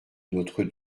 notre